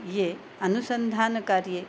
ये अनुसन्धानकार्ये